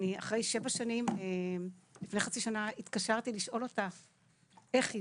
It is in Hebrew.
אני אחרי שבע שנים לפני חצי שנה התקשרתי לשאול אותה איך היא,